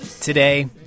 Today